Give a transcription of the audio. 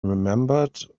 remembered